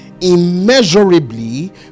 immeasurably